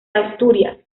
asturias